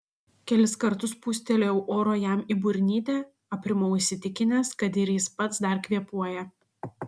kelis kartus pūstelėjau oro jam į burnytę aprimau įsitikinęs kad ir jis pats dar kvėpuoja